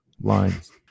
lines